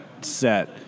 set